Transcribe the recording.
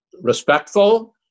respectful